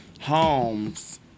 homes